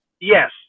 yes